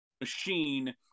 machine